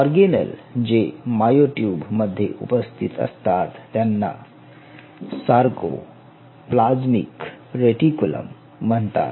organelle जे myotube मध्ये उपस्थित असतात त्यांना सारकोप्लाज्मिक रेटिकुलम म्हणतात